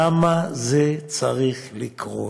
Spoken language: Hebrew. למה זה צריך לקרות?